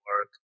work